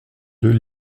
deux